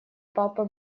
папы